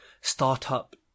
startup